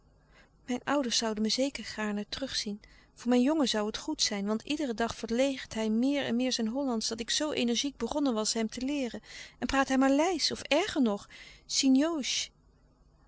mijn ouders zouden me zeker gaarne terugzien voor mijn jongen zoû het goed zijn louis couperus de stille kracht want iederen dag verleert hij meer en meer zijn hollandsch dat ik zoo energiek begonnen was hem te leeren en praat hij maleisch of erger nog